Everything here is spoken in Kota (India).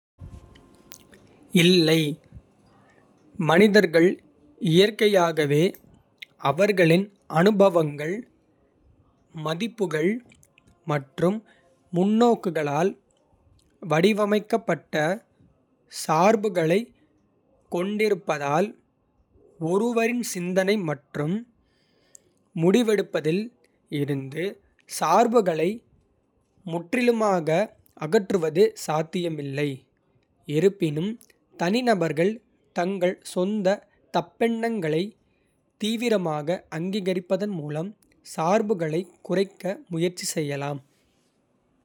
இல்லை, மனிதர்கள் இயற்கையாகவே அவர்களின் அனுபவங்கள், மதிப்புகள் மற்றும் முன்னோக்குகளால் வடிவமைக்கப்பட்ட சார்புகளைக் கொண்டிருப்பதால். ஒருவரின் சிந்தனை மற்றும் முடிவெடுப்பதில் இருந்து சார்புகளை முற்றிலுமாக அகற்றுவது சாத்தியமில்லை. இருப்பினும், தனிநபர்கள் தங்கள் சொந்த தப்பெண்ணங்களை தீவிரமாக அங்கீகரிப்பதன் மூலம் சார்புகளைக் குறைக்க முயற்சி செய்யலாம்.